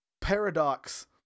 paradox